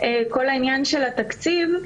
כל העניין של התקציב,